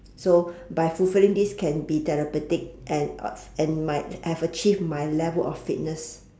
so by fulfilling this can be therapeutic and uh and my have achieved my level of fitness